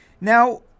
Now